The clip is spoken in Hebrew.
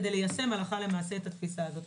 כדי ליישם הלכה למעשה את התפיסה הזאת.